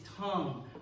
tongue